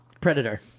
Predator